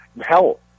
Hell